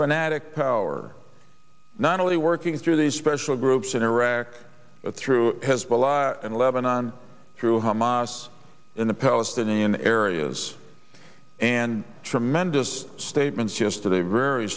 fanatic power not only working through these special groups in iraq but through hezbollah and lebanon through hamas in the palestinian areas and tremendous statements yesterday very